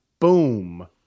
Boom